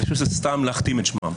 זה סתם להכתים את שמם.